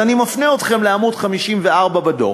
אז אני מפנה אתכם לעמוד 54 בדוח